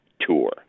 Tour